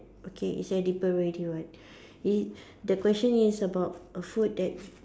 okay it's edible already [what] (pop) the question is about a food that